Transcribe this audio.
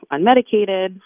unmedicated